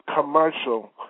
commercial